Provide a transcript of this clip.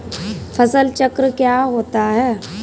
फसल चक्र क्या होता है?